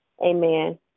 Amen